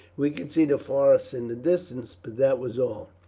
we could see the forests in the distance, but that was all.